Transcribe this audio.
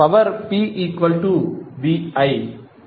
power pvi